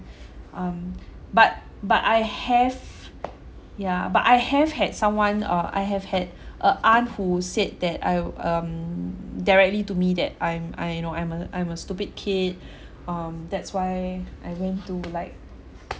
um but but I have yeah but I have had someone uh I have had a aunt who said that I'll um directly to me that I'm I you know I'm a I'm a stupid kid um that's why I went to like